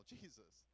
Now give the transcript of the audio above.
Jesus